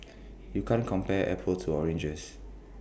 you can't compare apples to oranges